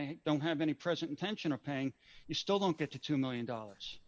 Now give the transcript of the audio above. they don't have any present intention of paying you still don't get to two million dollars